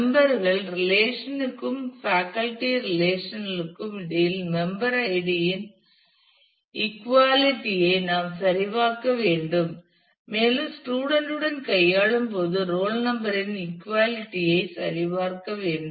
member கள் relation க்கும் faculty relation ற்கும் இடையிலான மெம்பர் ஐடி யின் இக்குவாலிட்டி ஐ நாம் சரிபார்க்க வேண்டும் மேலும் ஸ்டூடண்ட் உடன் கையாளும் போது ரோல் நம்பர் இன் இக்குவாலிட்டி ஐ சரிபார்க்க வேண்டும்